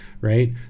right